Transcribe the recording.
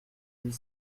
huit